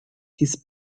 his